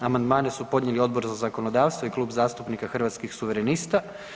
Amandmane su podnijeli Odbor za zakonodavstvo i Klub zastupnika Hrvatskih suverenista.